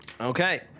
Okay